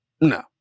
no